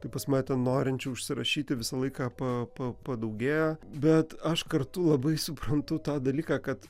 tai pas mane ten norinčių užsirašyti visą laiką pa pa padaugėja bet aš kartu labai suprantu tą dalyką kad